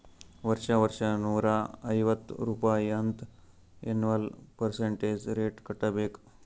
ವರ್ಷಾ ವರ್ಷಾ ನೂರಾ ಐವತ್ತ್ ರುಪಾಯಿ ಅಂತ್ ಎನ್ವಲ್ ಪರ್ಸಂಟೇಜ್ ರೇಟ್ ಕಟ್ಟಬೇಕ್